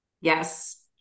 Yes